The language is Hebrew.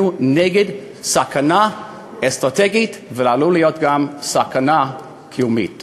מפני סכנה אסטרטגית שעלולה להיות גם סכנה קיומית.